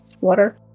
water